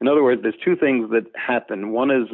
in other words there's two things that happen one is